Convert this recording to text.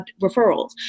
referrals